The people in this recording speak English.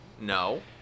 No